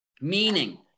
Meaning